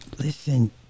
listen